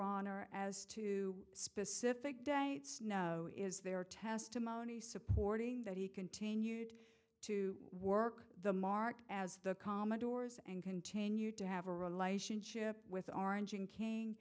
honor as to specific dates no is there testimony supporting that he continued to work the mark as the commodores and continued to have a relationship with orange and king